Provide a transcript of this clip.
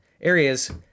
areas